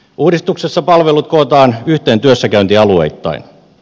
uudistuksessa palvelut kootaan yhteen työssäkäyntialueittain